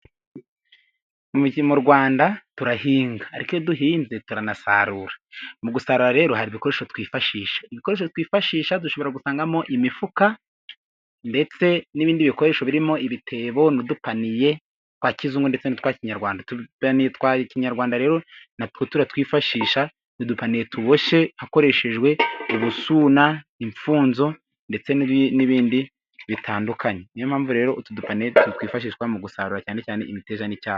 Mu Rwanda turahinga ariko iyo duhinze turanasarura, mu gusarura rero hari ibikoresho twikoresha, ibikoresho twifashisha dushobora gusangamo imifuka, ndetse n'ibindi bikoresho birimo ibitebo n'udupaniye twa kizungu ndetse n'utwa kinyarwanda, udupaniye twa kinyarwanda rero na two turatwifashisha, udupaniye tuboshye hakoreshejwe ubusuna imfunzo ndetse n'ibindi bitandukanye. Ni yo mpamvu rero utu dupaniye twifashishwa mu gusarura cyane cyane imiteja n'icyayi.